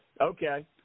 Okay